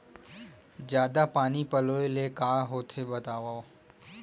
जादा पानी पलोय से का होथे बतावव?